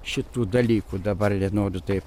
šitų dalykų dabar nenoriu taip